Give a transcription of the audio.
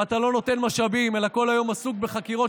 ואתה לא נותן משאבים אלא כל היום עסוק בחקירות